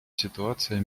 ситуация